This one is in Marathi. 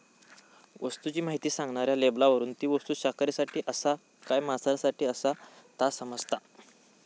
वस्तूची म्हायती सांगणाऱ्या लेबलावरून ती वस्तू शाकाहारींसाठी आसा काय मांसाहारींसाठी ता समाजता